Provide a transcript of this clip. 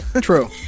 True